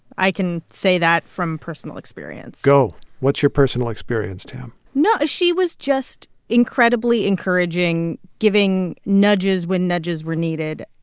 i can say that from personal experience go. what's your personal experience, tam? no she was just incredibly encouraging, giving nudges when nudges were needed.